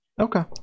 Okay